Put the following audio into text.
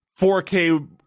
4K